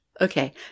Okay